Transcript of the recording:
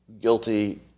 guilty